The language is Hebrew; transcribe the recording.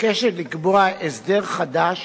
מבקשת לקבוע הסדר חדש